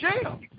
jail